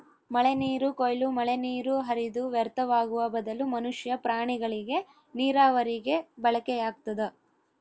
ಮಳೆನೀರು ಕೊಯ್ಲು ಮಳೆನೀರು ಹರಿದು ವ್ಯರ್ಥವಾಗುವ ಬದಲು ಮನುಷ್ಯ ಪ್ರಾಣಿಗಳಿಗೆ ನೀರಾವರಿಗೆ ಬಳಕೆಯಾಗ್ತದ